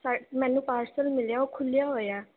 sir ਮੈਨੂੰ parcel ਮਿਲਿਆ ਉਹ ਖੁੱਲ੍ਹਿਆ ਹੋਇਆ